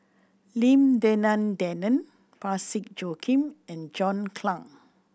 Lim Denan Denon Parsick Joaquim and John Clang